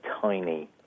tiny